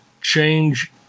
change